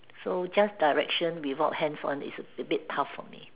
so just direction without hands on is a bit tough for me